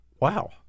Wow